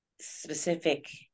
specific